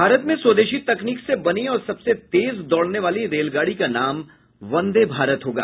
भारत में स्वदेशी तकनीक से बनी और सबसे तेज दौड़ने वाली रेलगाडी का नाम वंदे भारत होगा